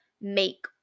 make